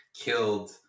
killed